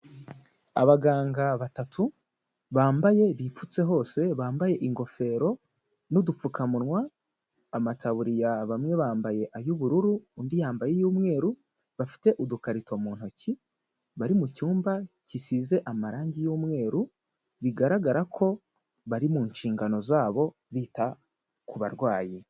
Abaganga batatu bambaye bipfutse hose, bambaye ingofero n'udupfukamunwa, amataburiya, bamwe bambaye ay'ubururu undi yambaye iy'umweru, bafite udukarito mu ntoki, bari mucyumba gisize amarangi y'umweru bigaragara ko bari mu nshingano zabo bita ku barwayi.